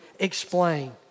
Explain